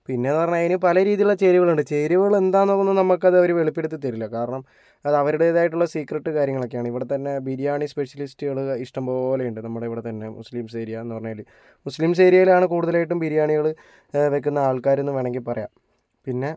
പിന്നെ എന്ന് പറഞ്ഞു കഴിഞ്ഞാൽ അതില് പലരീതിയിലുള്ള ചേരുവകൾ ഉണ്ട് ചേരുവകൾ എന്താണെന്നും നമുക്ക് അത് അവര് വെളിപ്പെടുത്തി തരില്ല കാരണം അത് അവരുടേതായിട്ടുള്ള സീക്രട്ട് കാര്യങ്ങൾ ഒക്കെയാണ് ഇവിടെത്തന്നെ ബിരിയാണി സ്പെഷ്യലിസ്റ്റുകൾ ഇഷ്ടം പോലെ ഉണ്ട് നമ്മുടെ ഇവിടെ തന്നെ മുസ്ലീംസ് ഏരിയ എന്ന് പറഞ്ഞാൽ മുസ്ലിം ഏരിയയിൽ ആണ് കൂടുതൽ ആയിട്ടും ബിരിയാണികൾ വെയ്ക്കുന്ന ആൾക്കാർ എന്ന് വേണമെങ്കിൽ പറയാം പിന്നെ